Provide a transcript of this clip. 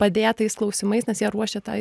padėt tais klausimais nes jie ruošia tą